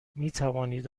میتوانید